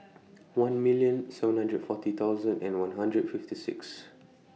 one million seven hundred forty thousand and one hundred fifty six